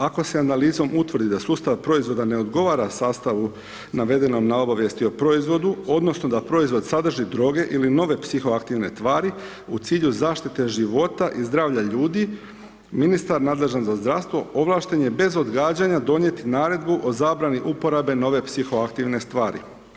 Ako se analizom utvrdi da sustav proizvoda ne odgovara sastavu navedenom na obavijesti o proizvodu, odnosno da proizvod sadrži droge ili nove psihoaktivne tvari u cilju zaštite života i zdravlja ljudi ministar nadležan za zdravstvo ovlašten je bez odgađanja donijeti naredbu o zabrani uporabe nove psihoaktivne tvari.